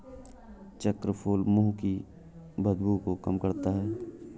चक्रफूल मुंह की बदबू को कम करता है